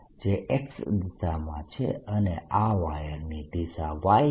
જે X દિશામાં છે અને આ વાયરની દિશા Y છે